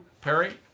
Perry